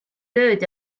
tööd